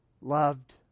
loved